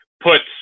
puts